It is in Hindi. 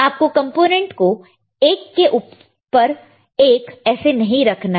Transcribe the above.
आपको कंपोनेंट को एक के ऊपर एक ऐसे नहीं रखना है